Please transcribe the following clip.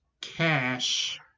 cash